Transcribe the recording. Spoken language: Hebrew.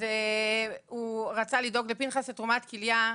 אז הוא רצה לדאוג לפנחס לתרומת כליה.